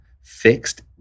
fixed